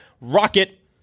ROCKET